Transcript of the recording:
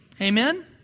Amen